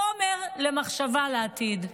חומר למחשבה לעתיד.